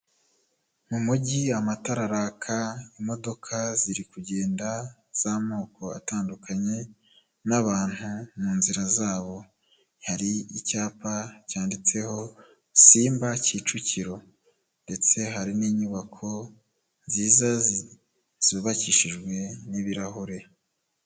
Mu mujyi amatara araka, imodoka ziri kugenda z'amoko atandukanye n'abantu mu nzira zabo. Hari icyapa cyanditseho simba kicukiro ndetse hari n'inyubako nziza zubakishijwe n'ibirahure.